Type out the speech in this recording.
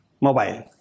mobile